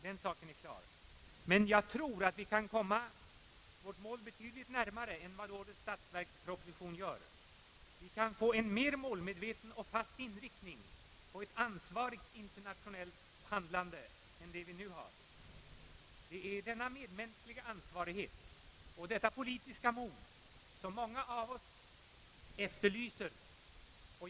Den saken är klar, men jag tror att vi kan komma vårt mål betydligt närmare än vad årets statsverksproposition gör. Vi kan få en mer målmedveten och fast inriktning på ett ansvarigt internationellt handlande än den som vi nu har. Det är denna medmänskliga ansvarighet och detta politiska mod som många av oss efterlyser.